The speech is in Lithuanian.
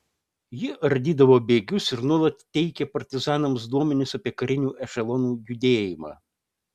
ji ardydavo bėgius ir nuolat teikė partizanams duomenis apie karinių ešelonų judėjimą